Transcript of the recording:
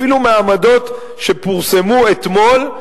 אפילו מהעמדות שפורסמו אתמול,